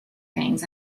things